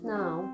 now